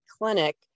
clinic